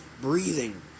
breathing